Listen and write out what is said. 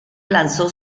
lanzó